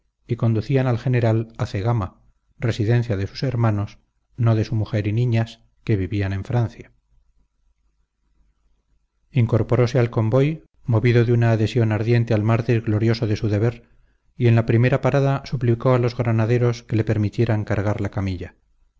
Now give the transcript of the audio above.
que leve y conducían al general a cegama residencia de sus hermanos no de su mujer y niñas que vivían en francia incorporose al convoy movido de una adhesión ardiente al mártir glorioso de su deber y en la primera parada suplicó a los granaderos que le permitieran cargar la camilla